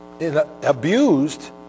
abused